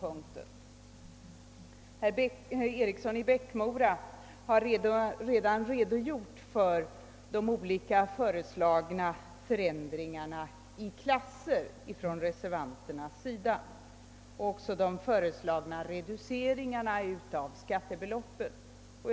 Herr Eriksson i Bäckmora har redan redogjort för reservanternas olika förslag till förändringar av klasserna och för de föreslagna reduceringarna av skattebeloppen.